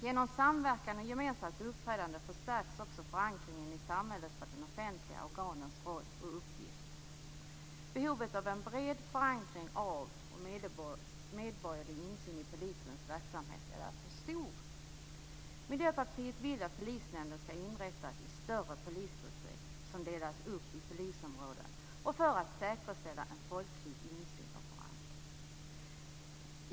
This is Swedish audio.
Genom samverkan och gemensamt uppträdande förstärks också förankringen i samhället för de offentliga organens roll och uppgifter. Behovet av en bred förankring av och medborgerlig insyn i polisens verksamhet är därför stort. Miljöpartiet vill att polisnämnder skall inrättas i större polisdistrikt som delas upp i polisområden för att säkerställa en folklig insyn och förankring.